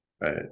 right